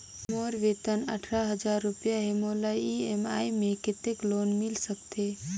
मोर वेतन अट्ठारह हजार रुपिया हे मोला ई.एम.आई मे कतेक लोन मिल सकथे?